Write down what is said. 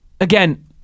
again